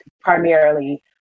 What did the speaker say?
primarily